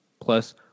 plus